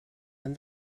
han